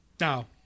No